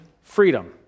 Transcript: freedom